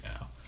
now